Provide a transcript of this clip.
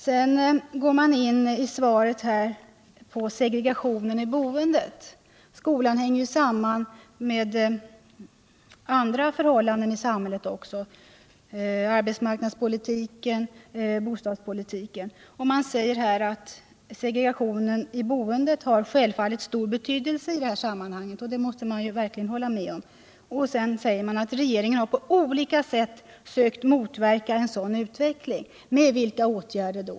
Sedan kom fru Mogård i svaret in på segregationen i boendet. Skolan hänger samman med andra förhållanden i sam hället, arbetsmark nadspolitik, bostadspolitik m.m., och det sägs i svaret att segregationen i boendet självfallet har stor betydelse i det här sammanhanget. Det måste man verkligen hålla med om. Vidare sägs det att regeringen på olika sätt har sökt motverka en sådan utveckling. Med vilka åtgärder?